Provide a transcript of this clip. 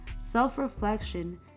self-reflection